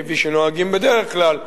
כפי שנוהגים בדרך כלל,